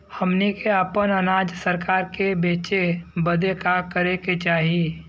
हमनी के आपन अनाज सरकार के बेचे बदे का करे के चाही?